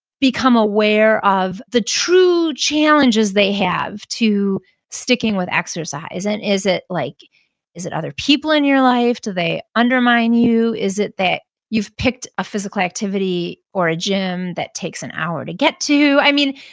become aware of the true challenges they have to sticking with exercise. and is it like is it other people in your life? do they undermine you? is it that you've picked a physical activity or a gym that takes an hour to get to? i mean,